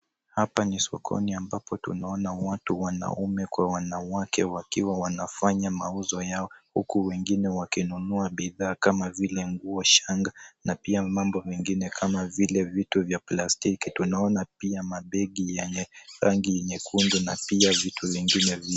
Hapa ni sokoni ambapo tunaona watu, wanaume kwa wanawake wakiwa wanafanya mauzo yao huku wengine wakinunua bidhaa kama vile nguo, shanga na pia mambo mengine kama vile vitu vya plastiki. Tunaona pia mabegi yenye rangi nyekundu na pia vitu vingine vingi.